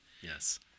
Yes